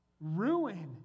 Ruin